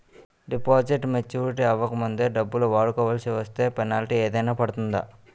Deposit maturity అవ్వక ముందే డబ్బులు వాడుకొవాల్సి వస్తే పెనాల్టీ ఏదైనా పడుతుందా?